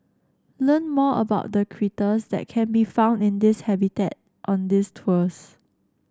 learn more about the critters that can be found in this habitat on these tours